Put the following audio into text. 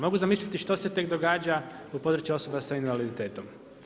Mogu zamisliti što se tek događa u području osoba s invaliditetom.